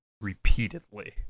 repeatedly